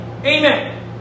Amen